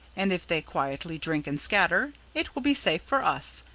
and if they quietly drink and scatter, it will be safe for us,